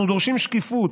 אנחנו דורשים שקיפות,